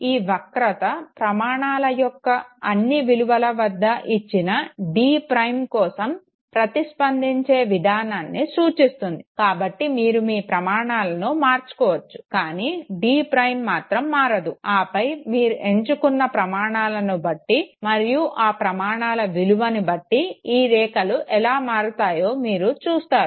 ఈ వక్రత ప్రమాణాల యొక్క అన్ని విలువల వద్ద ఇచ్చిన dʹ కోసం ప్రతిస్పందించే విధానాన్ని సూచిస్తుంది కాబట్టి మీరు మీ ప్రమాణాలను మార్చుకోవచ్చు కానీ dʹ మాత్రం మారదు ఆపై మీరు ఎంచుకున్న ప్రమాణాలను బట్టి మరియు ఆ ప్రమాణాల విలువను బట్టి ఈ రేఖలు ఎలా మారుతాయో మీరు చూస్తారు